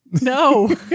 no